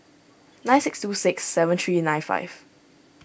nine six two six seven three nine five